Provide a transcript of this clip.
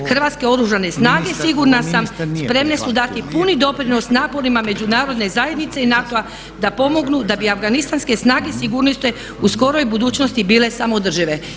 Hrvatske oružane snage, sigurna sam, spremne su dati puni doprinos naporima međunarodne zajednice i NATO-a da pomognu da bi afganistanske snage sigurnosti u skoroj budućnosti bile samoodržive.